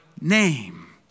name